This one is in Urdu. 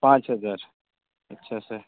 پانچ ہزار اچھا سر